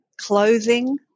clothing